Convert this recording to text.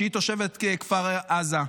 שהיא תושבת כפר עזה,